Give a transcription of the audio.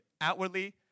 Outwardly